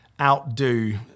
outdo